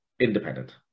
independent